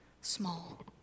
small